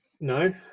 no